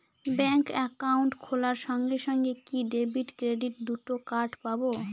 Bank account খোলার সঙ্গে সঙ্গে কি ডেবিট ক্রেডিট দুটো কার্ড পাবো?